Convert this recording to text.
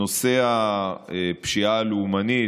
נושא הפשיעה הלאומנית,